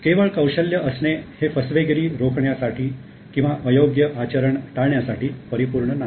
केवळ कौशल्य असणे हे फसवेगिरी रोखण्यासाठी किंवा अयोग्य आचरण टाळण्यासाठी परिपूर्ण नाही